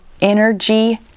energy